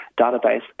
database